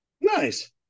Nice